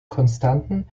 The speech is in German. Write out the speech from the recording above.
konstanten